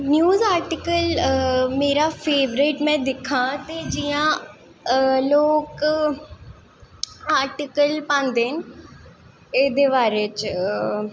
news article मेरा में दिक्खां ते जियां लोक आर्टिकल पांदे न एह्दे बारे च